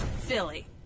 Philly